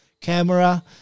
camera